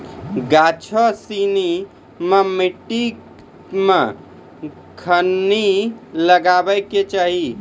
गाछो सिनी के मट्टी मे कखनी लगाबै के चाहि?